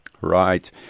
Right